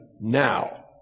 now